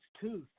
Tooth